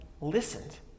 listened